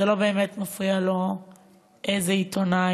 זה לא באמת מפריע לו איזה עיתונאי,